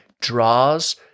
draws